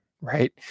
right